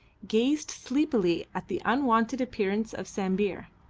gazed sleepily at the unwonted appearance of sambir,